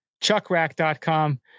chuckrack.com